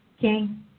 King